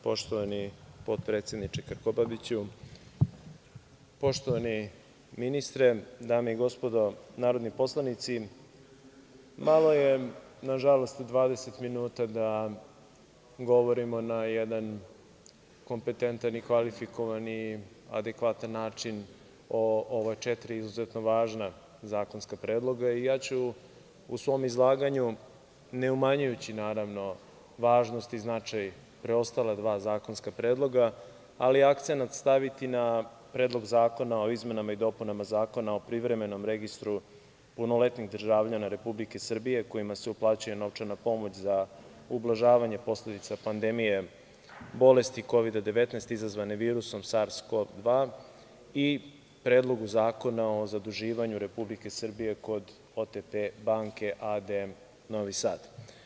Poštovani potpredsedniče Krkobabiću, poštovani ministre, dame i gospodo narodni poslanici, nažalost, malo je 20 minuta da govorimo na jedan kompetentan, kvalifikovan i adekvatan način o ova četiri izuzetno važna zakonska predloga i ja ću u svom izlaganju, neumanjujući, naravno, važnost i značaj preostala dva zakonska predloga, ali akcenat staviti na Predlog zakona o izmenama i dopunama Zakona o privremenom registru punoletnih državljana Republike Srbije kojima se uplaćuje novčana pomoć za ublažavanje posledica pandemije bolesti Kovida-19 izazvane virusom SARS-CoV-2 i Predlogu zakona o zaduživanju Republike Srbije kod OTP banke a.d. Novi Sad.